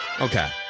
okay